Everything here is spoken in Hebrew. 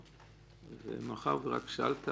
אני רק רוצה להראות כדוגמה, מאחר שיש סעיף